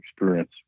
experience